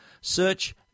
search